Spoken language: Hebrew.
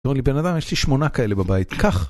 זה אומר לי, בן אדם, יש לי שמונה כאלה בבית, קח!